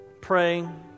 praying